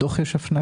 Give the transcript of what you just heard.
בדוח יש הפניה,